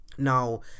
Now